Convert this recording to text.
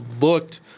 looked